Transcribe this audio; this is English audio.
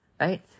right